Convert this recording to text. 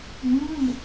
mm